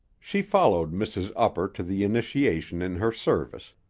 she followed mrs. upper to the initiation in her service,